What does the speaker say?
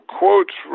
quotes